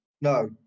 no